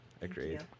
Agreed